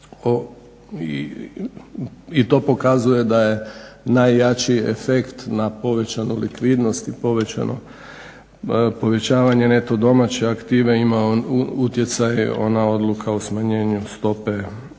i to pokazuje da je najjači efekt na povećanu likvidnost i povećavanje neto domaće aktive imao utjecaj ona odluka o smanjenju stope